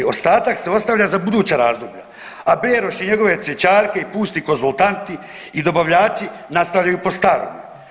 Ostatak se ostavlja za buduća razdoblja, a Beroš i njegove cvjećarke i pusti konzultanti i dobavljači nastavljaju po starom.